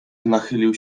nachylił